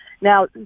Now